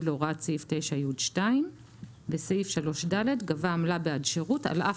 להוראת סעיף 9י2'. בסעיף (3)(ד) 'גבה עמלה בעד שירות על אף